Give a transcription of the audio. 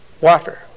water